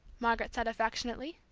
margaret said affectionately.